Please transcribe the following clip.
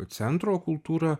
centro kultūra